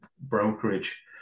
brokerage